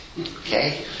Okay